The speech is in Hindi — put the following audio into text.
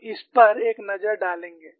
हम इस पर एक नजर डालेंगे